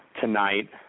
tonight